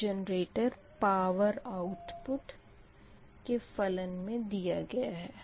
यह generator power output के फलन मे दिया गया है